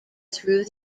through